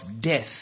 death